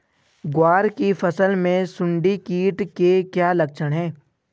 ग्वार की फसल में सुंडी कीट के क्या लक्षण है?